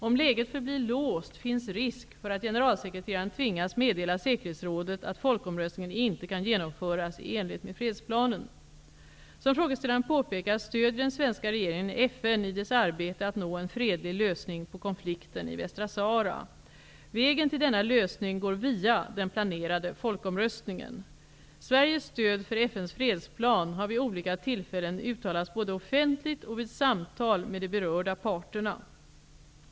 Om läget förblir låst finns risk för att generalsekreteraren tvingas meddela säkerhetsrådet att folkomröstningen inte kan genomföras i enlighet med fredsplanen. Som frågeställaren påpekar, stödjer den svenska regeringen FN i dess arbete att nå en fredlig lösning på konflikten i Västra Sahara. Vägen till denna lösning går via den planerade folkomröstningen. Sveriges stöd för FN:s fredsplan har vid olika tillfällen uttalats både offentligt och vid samtal med de berörda parterna.